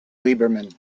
lieberman